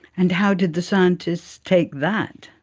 and how did the scientists take that?